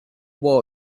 war